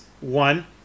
one